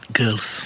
girls